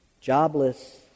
jobless